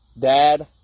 dad